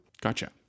gotcha